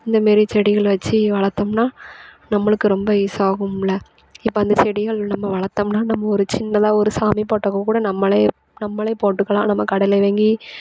இந்த மாரி செடிகள் வச்சு வளர்த்தோம்னா நம்பளுக்கு ரொம்ப யூஸ் ஆகும்ல இப்போ அந்த செடிகள் நம்ப வளர்த்தோம்னா நம்ம ஒரு சின்னதாக ஒரு சாமி போட்டோவுக்கு கூட நம்பளே நம்பளே போட்டுக்கலாம் நம்ம கடையில் வாங்கி